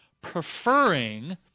preferring